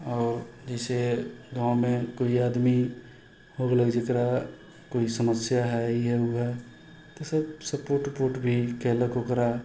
आओर जइसे गाँवमे कोइ आदमी हो गेलै जकरा कोइ समस्या हइ ई हइ ओ हइ तऽ सब सपोर्ट उपोर्ट भी केलक ओकरा